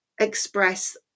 express